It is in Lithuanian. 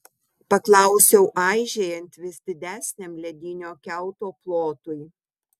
paklausiau aižėjant vis didesniam ledinio kiauto plotui